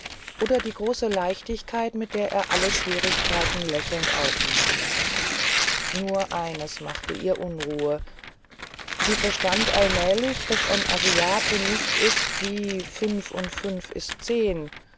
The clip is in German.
oder die große leichtigkeit mit der er alle schwierigkeiten lächelnd aufnahm nur eines machte ihr unruhe sie verstand allmählich daß ein asiate nicht ist wie fünf und fünf ist zehn